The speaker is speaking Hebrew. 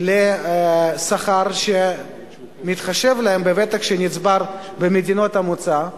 לשכר שמתחשב בוותק שנצבר להם במדינות המוצא,